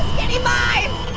skinny mime!